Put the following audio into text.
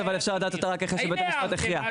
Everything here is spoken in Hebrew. אבל אפשר לדעת את הפרשנות רק אחרי שבית המשפט הכריע.